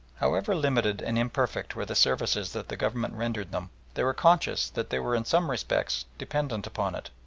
however limited and imperfect were the services that the government rendered them, they were conscious that they were in some respects dependent upon it.